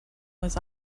was